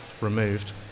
removed